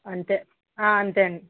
అంతే అంతే అండి